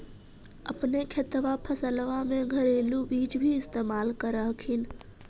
अपने खेतबा फसल्बा मे घरेलू चीज भी इस्तेमल कर हखिन?